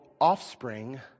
offspring